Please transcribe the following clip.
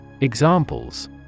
Examples